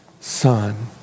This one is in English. son